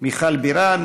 מיכל בירן,